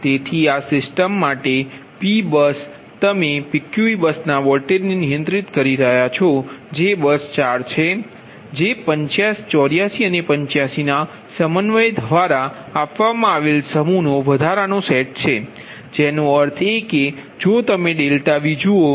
તેથી આ સિસ્ટમ માટે P બસ છે તમે PQV બસના વોલ્ટેજને નિયંત્રિત કરી રહ્યાં છો જે બસ 4 છે જે 84 અને 85 ના સમન્વયન દ્વારા આપવામાં આવેલ સમૂહનો વધારાનો સેટ છે તેનો અર્થ એ કે જો તમે ΔV જુઓ